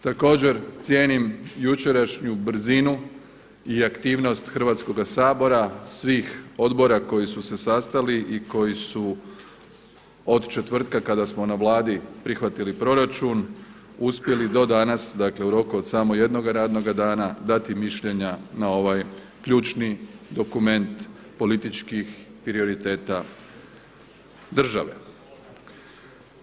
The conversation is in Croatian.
Također, cijenim jučerašnju brzinu i aktivnost Hrvatskoga sabora, svih odbora koji su se sastali i koji su od četvrtka kada smo na Vladi prihvatili proračun uspjeli do danas, dakle u roku od samo jednoga radnoga dana dati mišljenja na ovaj ključni dokument političkih prioriteta države.